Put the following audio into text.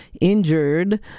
injured